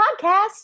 podcast